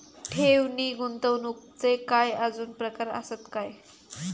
ठेव नी गुंतवणूकचे काय आजुन प्रकार आसत काय?